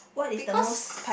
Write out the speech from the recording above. because